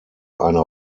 eine